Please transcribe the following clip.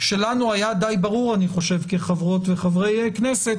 שאני חושב שלנו היה די ברור כחברות וחברי כנסת.